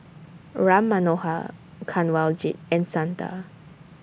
Ram Manohar Kanwaljit and Santha